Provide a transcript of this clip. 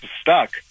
stuck